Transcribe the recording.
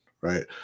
right